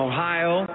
Ohio